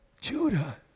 Judah